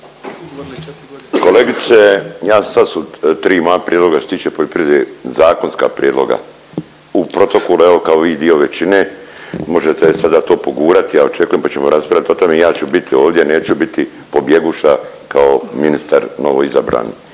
Kolegice, sad su tri moja prijedloga što se tiče poljoprivrede zakonska prijedloga u protokolu, evo kao vi i dio većine možete sada to pogurati, ja očekujem, pa ćemo raspravit o tome i ja ću bit ovdje, neću biti pobjeguša kao ministar novoizabrani.